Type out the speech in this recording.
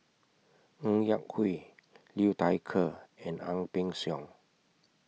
Ng Yak Whee Liu Thai Ker and Ang Peng Siong